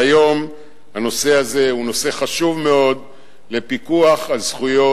והיום הנושא הזה הוא נושא חשוב מאוד בפיקוח על זכויות,